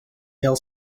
hill